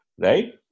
Right